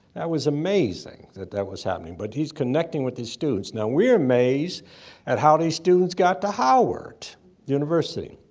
that was amazing, that that was happening. but he's connecting with his students. now we are amazed at how these students got to howard university.